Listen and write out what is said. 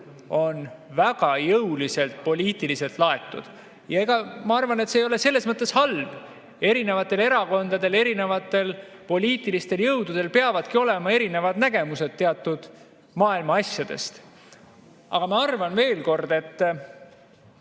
on väga jõuliselt poliitiliselt laetud. Ma arvan, et see ei ole selles mõttes halb, eri erakondadel, erinevatel poliitilistel jõududel peavadki olema erinevad nägemused teatud maailma asjadest. Aga ma arvan, veel kord, et